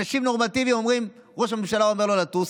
אנשים נורמטיביים אומרים: ראש הממשלה אומר לא לטוס,